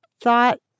thought